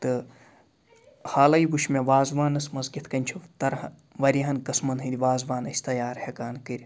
تہٕ حالے وُچھ مےٚ وازٕوانَس منٛز کِتھ کٔنۍ چھُ طَرٕہا واریاہَن قٕسمَن ہنٛدۍ وازٕوان أسۍ تیار ہیٚکان کٔرِتھ